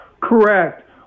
Correct